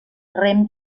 rem